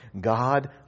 God